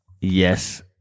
yes